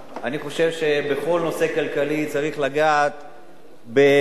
אני חושב שבכל נושא כלכלי צריך לגעת בעדינות,